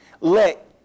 Let